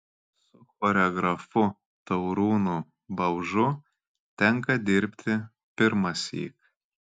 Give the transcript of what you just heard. su choreografu taurūnu baužu tenka dirbti pirmąsyk